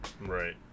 Right